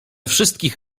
wszystkich